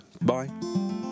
bye